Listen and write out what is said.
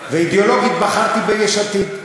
ואידיאולוגית בחרתי ביש עתיד.